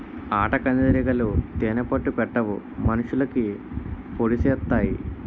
ఆటకందిరీగలు తేనే పట్టు పెట్టవు మనుషులకి పొడిసెత్తాయి